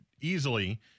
easily